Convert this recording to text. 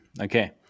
Okay